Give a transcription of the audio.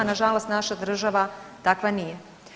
Na žalost naša država takva nije.